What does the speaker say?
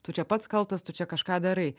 tu čia pats kaltas tu čia kažką darai